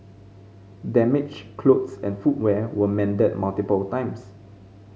damaged clothes and footwear were mended multiple times